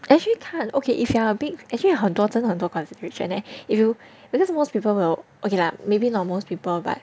actually 看 okay if you are a big actually 很多真的很多 consideration leh if you because most people will okay lah maybe not most people but